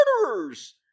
murderers